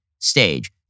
Stage